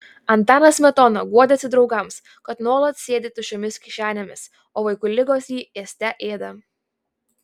antanas smetona guodėsi draugams kad nuolat sėdi tuščiomis kišenėmis o vaikų ligos jį ėste ėda